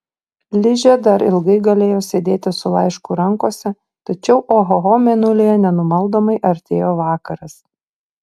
ližė dar ilgai galėjo sėdėti su laišku rankose tačiau ohoho mėnulyje nenumaldomai artėjo vakaras